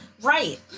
right